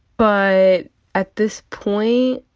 but at this point,